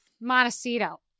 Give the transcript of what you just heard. Montecito